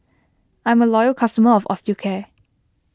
I'm a loyal customer of Osteocare